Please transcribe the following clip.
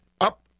up